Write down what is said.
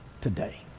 today